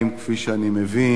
כפי שאני מבין,